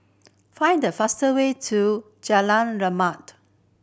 find the fast way to Jalan Rimau